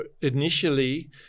initially